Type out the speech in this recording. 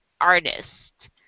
artist